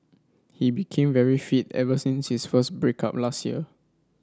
he became very fit ever since his first break up last year